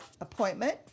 appointment